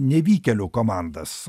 nevykėlių komandas